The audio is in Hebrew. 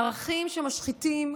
ערכים שמשחיתים,